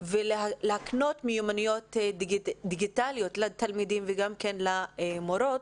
ולהקנות מיומנויות דיגיטליות לתלמידים וגם כן למורות,